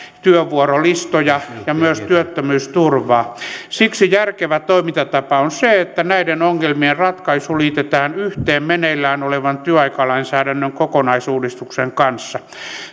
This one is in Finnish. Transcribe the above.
työvuorolistoja ja myös työttömyysturvaa siksi järkevä toimintatapa on se että näiden ongelmien ratkaisu liitetään yhteen meneillään olevan työaikalainsäädännön kokonaisuudistuksen kanssa